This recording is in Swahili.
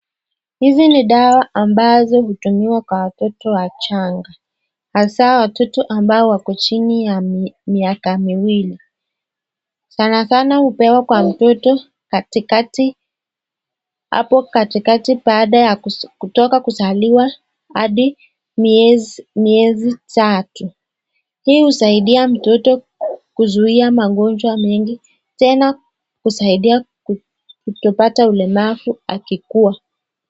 Hizi ni dawa ambazo hutumiwa kwa watoto wachanga, hasaa watoto ambao wako chini ya miaka miwili. Sana sana hupewa kwa mtoto hapo katikati baada ya kutoka kuzaliwa hadi miezi tatu. Hii husaidia mtoto kuzuia magonjwa mengi tena husaidia kutopata ulemavu akikua.